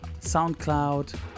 SoundCloud